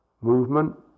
movement